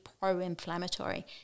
pro-inflammatory